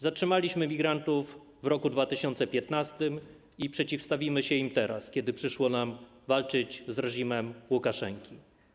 Zatrzymaliśmy migrantów w roku 2015 i przeciwstawimy się im teraz, kiedy przyszło nam walczyć z reżimem Łukaszenki.